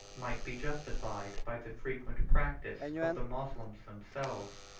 might be justified by the frequent practice of the moslems themselves.